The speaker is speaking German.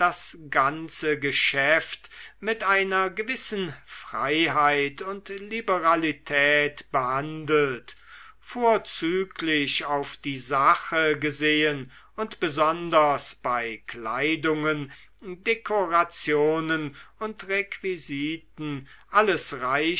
ganze geschäft mit einer gewissen freiheit und liberalität behandelt vorzüglich auf die sache gesehen und besonders bei kleidungen dekorationen und requisiten alles